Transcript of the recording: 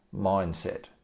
mindset